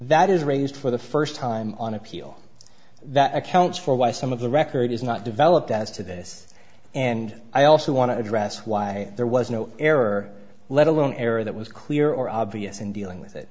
that is raised for the first time on appeal that accounts for why some of the record is not developed as to this and i also want to address why there was no error let alone error that was clear or obvious in dealing with it